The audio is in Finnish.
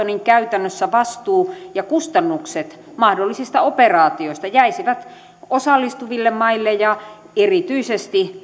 niin käytännössä vastuu ja kustannukset mahdollisista operaatioista jäisivät osallistuville maille ja erityisesti